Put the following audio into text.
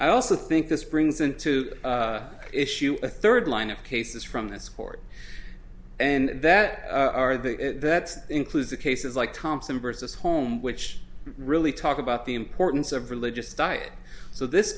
i also think this brings into issue a third line of cases from this court and that are they that includes the cases like thompson versus home which really talk about the importance of religious diet so this